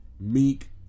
Meek